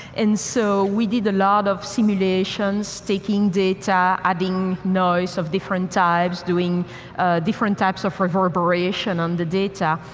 and so we did a lot of simulations, taking data, adding noise of different types, doing different types of reverberation on the data.